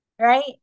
right